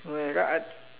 I I